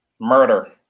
Murder